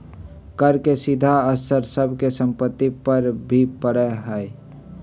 कर के सीधा असर सब के सम्पत्ति पर भी पड़ा हई